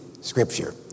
scripture